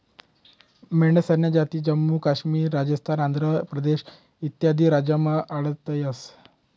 मेंढ्यासन्या जाती जम्मू काश्मीर, राजस्थान, आंध्र प्रदेश इत्यादी राज्यमा आढयतंस